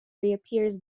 reappears